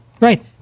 Right